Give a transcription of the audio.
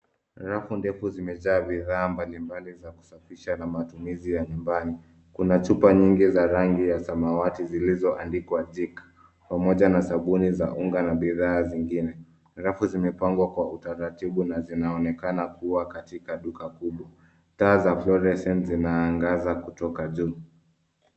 Rafu ndefu zimejaa bidhaa mbalimbali za kusafisha na matumizi ya nyumbani. Kuna chupa nyingi za rangi ya samawati zilizoandikwa jik . Pamoja na sabuni za unga na bidhaa zingine. Rafu zimepangwa kwa utaratibu na zinaonekana kuwa katika duka kubwa. Taa za fluorescence zinaangaza kutoka juu.